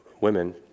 women